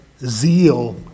zeal